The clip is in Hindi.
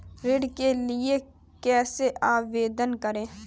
ऋण के लिए कैसे आवेदन करें?